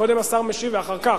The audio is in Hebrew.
קודם השר משיב, ואחר כך.